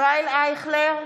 ישראל אייכלר,